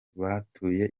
batuye